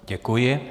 Děkuji.